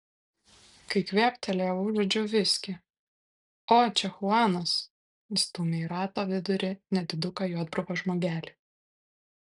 kai kvėptelėjo užuodžiau viskį o čia chuanas įstūmė į rato vidurį nediduką juodbruvą žmogelį